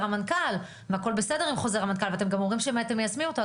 המנכ"ל והכול בסדר עם חוזר המנכ"ל ואתם גם אומרים שאתם גם מיישמים אותו,